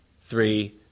three